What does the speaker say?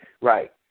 Right